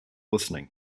listening